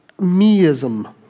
meism